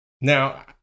now